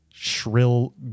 shrill